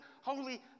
holy